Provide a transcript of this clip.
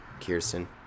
Kirsten